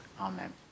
Amen